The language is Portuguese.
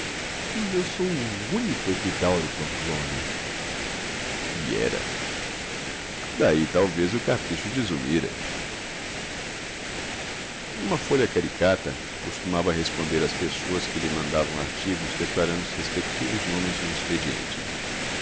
mas eu sou o único epidauro pamplona e era daí talvez o capricho de zulmira uma folha caricata costumava responder às pessoas que lhe mandavam artigos declarando os respectivos nomes no expediente